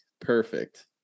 perfect